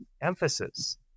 emphasis